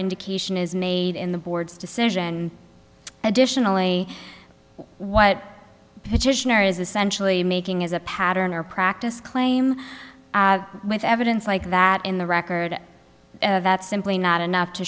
indication is made in the board's decision additionally what is essentially making as a pattern or practice claim with evidence like that in the record that's simply not enough to